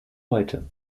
heute